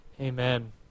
amen